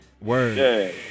word